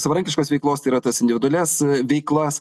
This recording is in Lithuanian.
savarankiškos veiklos tai yra tas individualias veiklas